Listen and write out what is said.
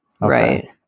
right